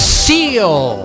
seal